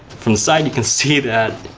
from the side, you can see that